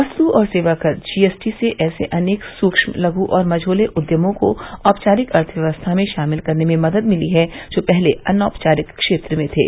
वस्तु और सेवा कर जीएसटी से ऐसे अनेक सूक्ष्म लघु और मझोले उद्यमों को औपचारिक अर्थव्यवस्था में शामिल करने में मदद मिली है जो पहले अनौपचारिक क्षेत्र में थे